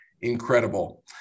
incredible